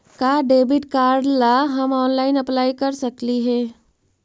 का debit card ला हम ऑनलाइन अप्लाई कर सकली हे?